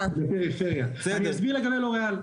אני אסביר לגבי לוריאל,